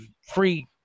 free